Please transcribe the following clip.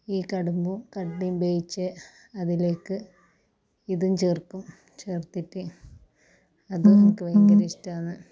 ഈ കടമ്പും കട്ലേം വേവിച്ച അതിലേക്ക് ഇതും ചേർക്കും ചേർത്തിട്ട് അതെനിക്ക് ഭയങ്കരിഷ്ടമാണ്